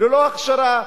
ללא הכשרה,